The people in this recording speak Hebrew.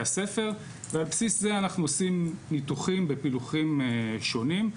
הספר ועל בסיס זה אנחנו עושים ניתוחים ופילוחים שונים.